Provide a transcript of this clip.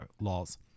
laws